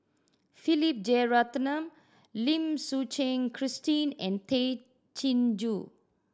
Philip Jeyaretnam Lim Suchen Christine and Tay Chin Joo